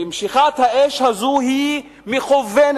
ומשיכת האש הזו היא מכוונת,